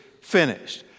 finished